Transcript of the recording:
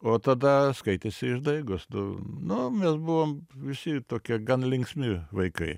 o tada skaitėsi išdaigos tu nu mes buvom visi tokie gan linksmi vaikai